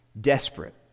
Desperate